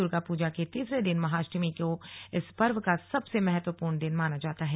दुर्गा पूजा के तीसरे दिन महाअष्टमी को इस पर्व का सबसे महत्वपूर्ण दिन माना जाता है